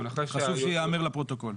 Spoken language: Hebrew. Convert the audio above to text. חשוב שייאמר לפרוטוקול.